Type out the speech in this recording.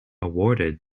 awarded